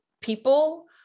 people